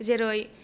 जेरै